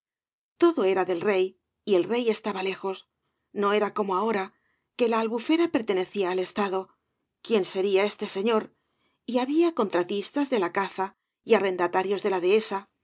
todo era del rey y el rey estaba lejos no era como ahora que la albufera pertenecía al estado quién seria este señor y había contratistas de la caza y arrendatarios de la dehesa